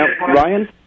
Ryan